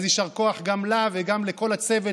אז יישר כוח גם לה וגם לכל הצוות,